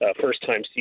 first-time